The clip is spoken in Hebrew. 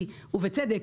ובצדק,